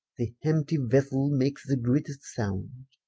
the empty vessel makes the greatest sound,